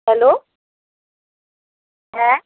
hello হ্যাঁ